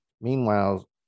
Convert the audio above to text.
Meanwhile